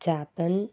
Japan